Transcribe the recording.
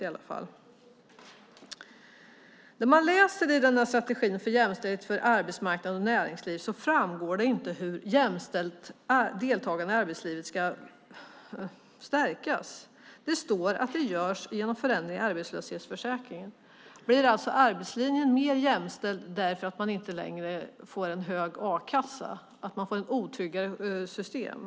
I strategin för jämställdhet på arbetsmarknaden och i näringslivet framgår det inte hur jämställt deltagande i arbetslivet ska stärkas. Det står att det görs genom förändringar i arbetslöshetsförsäkringen. Blir arbetslivet alltså mer jämställt för att man inte längre får en hög a-kasseersättning, att man får ett otryggare system?